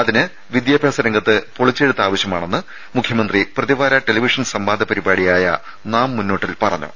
അതിന് വിദ്യാഭ്യാസ രംഗത്ത് പൊളിച്ചെഴുത്താവശ്യമാണെന്ന് മുഖ്യമന്ത്രി പ്രതിവാര ടെലിവിഷൻ സംവാദ പരിപാടിയായ നാം മുന്നോട്ടിൽ പറഞ്ഞു